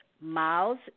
Miles